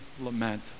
lament